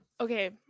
Okay